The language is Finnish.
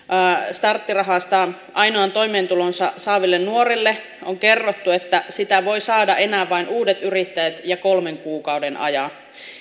starttirahasta ainoan toimeentulonsa saaville nuorille on kerrottu että sitä voivat saada enää vain uudet yrittäjät ja kolmen kuukauden ajan